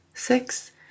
six